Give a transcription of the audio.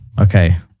Okay